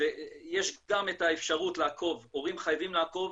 ויש גם את האפשרות לעקוב, הורים חייבים לעקוב